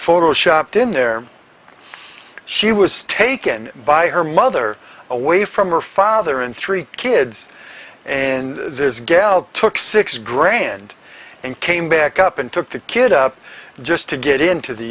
photo shopped in their she was taken by her mother away from her father and three kids and this girl took six grand and came back up and took the kid up just to get into the